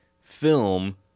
film